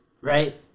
right